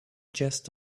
just